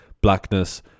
Blackness